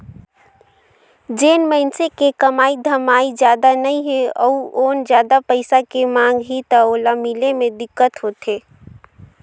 जेन मइनसे के कमाई धमाई जादा नइ हे अउ लोन जादा पइसा के मांग ही त ओला मिले मे दिक्कत होथे